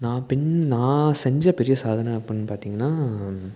நான் பின் நான் செஞ்ச பெரிய சாதனை அப்புடின்னு பார்த்தீங்கன்னா